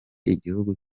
igihugu